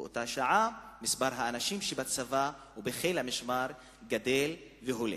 באותה שעה מספר האנשים שבצבא ובחיל המשמר גדל והולך.